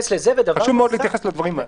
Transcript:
חשוב מאוד להתייחס לדברים האלה.